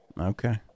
Okay